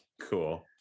cool